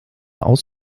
aus